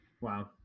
wow